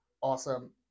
awesome